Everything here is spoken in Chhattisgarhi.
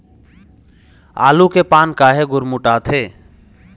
आलू के पान काहे गुरमुटाथे?